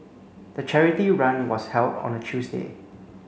the charity run was held on a Tuesday